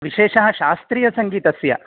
विशेषः शास्त्रीयसङ्गीतस्य